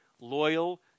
loyal